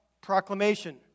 proclamation